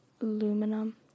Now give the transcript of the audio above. Aluminum